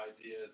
idea